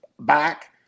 Back